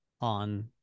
on